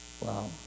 Wow